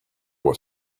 what